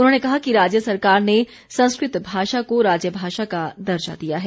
उन्होंने कहा कि राज्य सरकार ने संस्कृत भाषा को राज्य भाषा का दर्जा दिया है